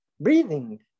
Breathing